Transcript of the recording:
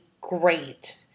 great